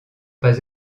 pas